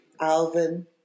Alvin